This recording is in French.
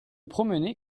promener